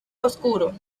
oscuro